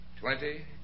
Twenty